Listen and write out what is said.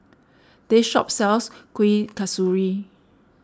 this shop sells Kuih Kasturi